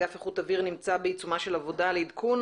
אגף איכות אוויר נמצא בעיצומה של עבודה לעדכון